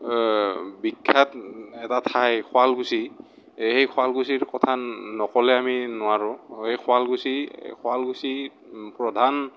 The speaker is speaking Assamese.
বিখ্যাত এটা ঠাই শুৱালকুছি সেই শুৱালকুছিৰ কথা নক'লে আমি নোৱাৰোঁ সেই শুৱালকুছি শুৱালকুছি প্ৰধান